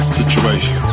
situation